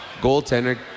goaltender